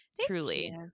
Truly